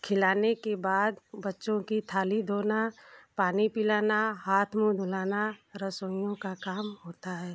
खिलाने के बाद बच्चों की थाली धोना पानी पिलाना हाथ मुँह धुलाना रसोइयों का काम होता है